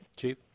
Chief